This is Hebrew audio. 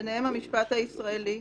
ביניהן המשפט הישראלי,